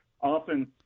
often